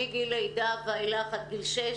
מגיל לידה עד גיל שש